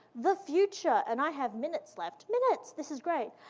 the future, and i have minutes left. minutes! this is great.